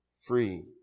free